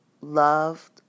loved